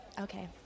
Okay